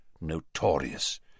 notorious